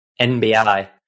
NBI